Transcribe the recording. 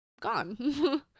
gone